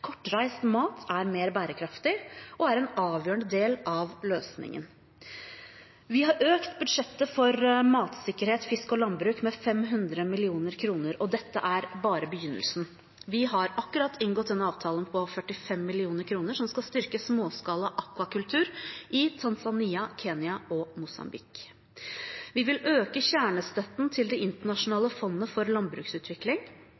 Kortreist mat er mer bærekraftig og er en avgjørende del av løsningen. Vi har økt budsjettet for matsikkerhet, fisk og landbruk med 500 mill. kr, og dette er bare begynnelsen. Vi har akkurat inngått en avtale om 45 mill. kr som skal styrke småskala akvakultur i Tanzania, Kenya og Mosambik. Vi vil øke kjernestøtten til Det